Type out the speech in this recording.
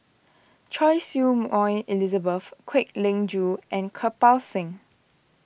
Choy Su Moi Elizabeth Kwek Leng Joo and Kirpal Singh